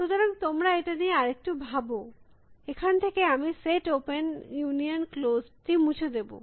সুতরাং তোমরা এটা নিয়ে আরেকটু ভাব এখান থেকে আমি সেট ওপেন ইউনিয়ন ক্লোসড টি মুছে দেব